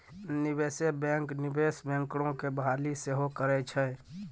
निवेशे बैंक, निवेश बैंकरो के बहाली सेहो करै छै